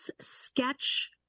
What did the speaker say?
sketch